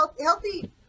healthy